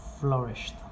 flourished